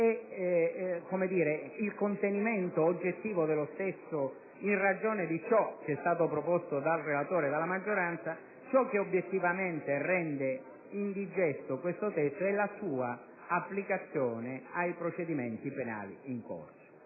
e il contenimento oggettivo dello stesso in ragione di ciò che è stato proposto dal relatore e dalla maggioranza, ciò che obiettivamente rende indigesto il testo che ci accingiamo a votare è la sua applicazione ai procedimenti penali in corso.